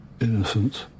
Innocence